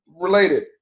related